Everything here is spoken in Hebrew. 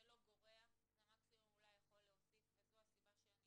זה לא גורע וזה אפילו יכול להוסיף וזו הסיבה שאני